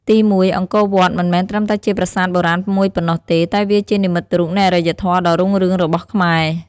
ទីមួយ អង្គរវត្តមិនមែនត្រឹមតែជាប្រាសាទបុរាណមួយប៉ុណ្ណោះទេ តែវាជានិមិត្តរូបនៃអរិយធម៌ដ៏រុងរឿងរបស់ខ្មែរ។